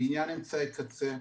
בעניין אמצעי קצה,